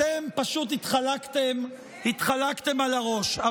אתם פשוט התחלקתם, התחלקתם על הראש.